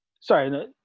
Sorry